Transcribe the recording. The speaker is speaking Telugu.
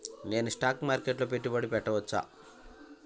నేను స్టాక్ మార్కెట్లో పెట్టుబడి పెట్టవచ్చా?